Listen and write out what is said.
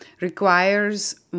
requires